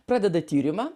pradeda tyrimą